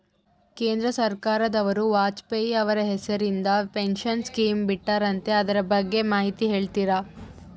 ಕೇಂದ್ರ ಸರ್ಕಾರದವರು ವಾಜಪೇಯಿ ಅವರ ಹೆಸರಿಂದ ಪೆನ್ಶನ್ ಸ್ಕೇಮ್ ಬಿಟ್ಟಾರಂತೆ ಅದರ ಬಗ್ಗೆ ಮಾಹಿತಿ ಹೇಳ್ತೇರಾ?